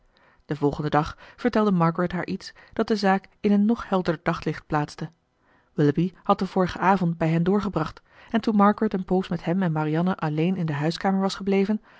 den volgenden dag vertelde margaret haar iets dat de zaak in een nog helderder daglicht plaatste willoughby had den vorigen avond bij hen doorgebracht en toen margaret een poos met hem en marianne alleen in de huiskamer was gebleven